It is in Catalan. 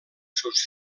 seus